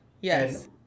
yes